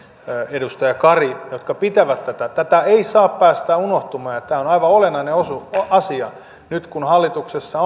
edustaja kari jotka pitävät tätä esillä tätä ei saa päästää unohtumaan ja tämä on aivan olennainen asia nyt kun hallituksessa